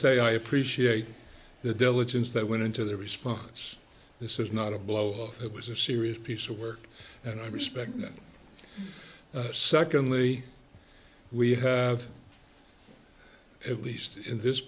say i appreciate the diligence that went into the response this is not a blow off it was a serious piece of work and i respect that secondly we have at least in this